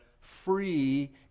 free